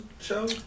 show